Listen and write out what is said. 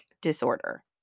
disorder